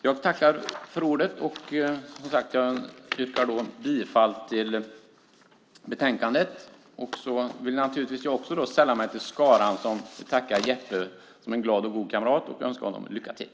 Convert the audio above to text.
Jag yrkar bifall till utskottets förslag. Också jag vill sälla mig till skaran som tackar Jeppe som en glad och god kamrat och önskar honom lycka till.